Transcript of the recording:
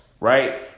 right